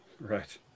Right